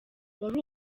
wari